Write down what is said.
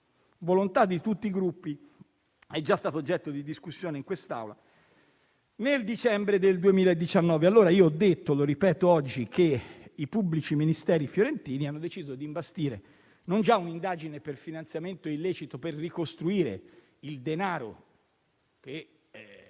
volontà di tutti i Gruppi, è già stato oggetto di discussione in quest'Aula nel dicembre del 2019. Allora io ho detto, e lo ripeto oggi, che i pubblici ministeri fiorentini hanno deciso di imbastire, non già un'indagine per finanziamento illecito, per ricostruire il denaro che